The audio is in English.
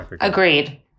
Agreed